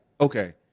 Okay